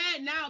now